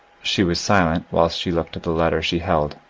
she was silent whilst she looked at the letter she held,